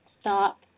stop